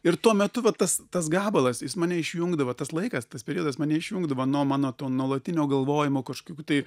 ir tuo metu va tas tas gabalas jis mane išjungdavo tas laikas tas periodas mane išjungdavo nuo mano to nuolatinio galvojimo kažkokių tai